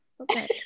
Okay